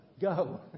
Go